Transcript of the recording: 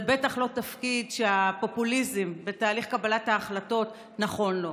זה בטח לא תפקיד שהפופוליזם בתהליך קבלת ההחלטות נכון לו.